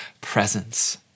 presence